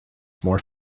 more